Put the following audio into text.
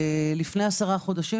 לפני עשרה חודשים,